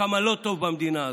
וכמה לא טוב במדינה הזו.